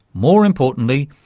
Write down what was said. more importantly,